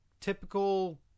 typical